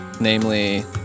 Namely